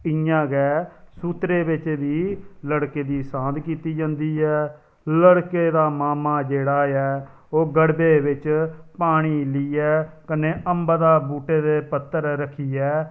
इ'यां गै सूत्तरे बिच बी लड़के दी सांत कीती जंदी ऐ लड़के दा मामा जेह्ड़ा ऐ ओह् गड़बे बिच पानी लियै कन्नै अम्बां दे बूह्टे दे पत्तर रक्खियै